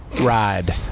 ride